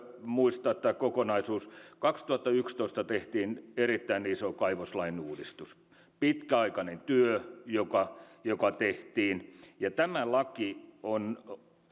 muistaa tämä kokonaisuus kaksituhattayksitoista tehtiin erittäin iso kaivoslain uudistus se oli pitkäaikainen työ joka joka tehtiin ja tämä laki on